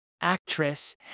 actress